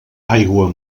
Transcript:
aigua